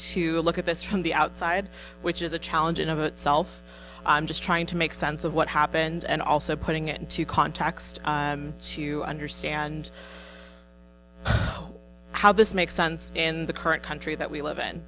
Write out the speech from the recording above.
to look at this from the outside which is a challenge in of itself just trying to make sense of what happened and also putting it into context to understand how this makes sense in the current country that we live in